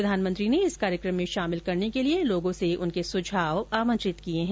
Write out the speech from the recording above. प्रधानमंत्री ने इस कार्यक्रम में शामिल करने के लिए देशवासियों से उनके सुझाव आमंत्रित किए हैं